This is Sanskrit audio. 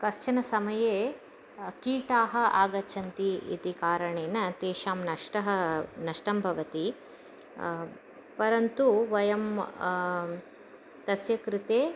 कश्चनसमये कीटाः आगच्छन्ति इति कारणेन तेषां नष्टं नष्टं भवति परन्तु वयं तस्य कृते